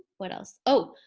what else? oh,